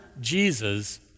Jesus